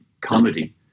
comedy